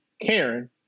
Karen